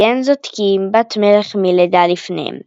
כי אין זאת כי אם בת-מלך מלדה לפניהם,